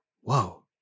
whoa